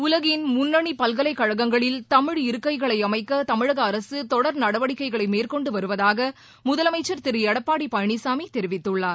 உலகின் முன்னணி பல்கலைக்கழகங்களில் தமிழ் இருக்கைகளை அமைக்க தமிழக அரசு தொடர் நடவடிக்கைகளை மேற்கொண்டு வருவதாக முதலமைச்சர் திரு எடப்பாடி பழனிசாமி தெரிவித்துள்ளார்